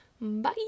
bye